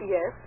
Yes